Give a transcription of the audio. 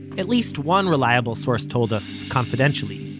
at least one reliable source told us, confidentially,